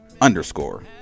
underscore